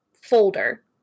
folder